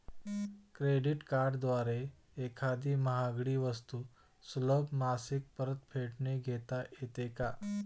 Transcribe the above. Credit कार्डद्वारे एखादी महागडी वस्तू सुलभ मासिक परतफेडने घेता येते का?